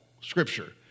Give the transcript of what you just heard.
Scripture